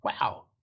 wow